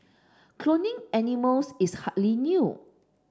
cloning animals is hardly new